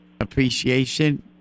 appreciation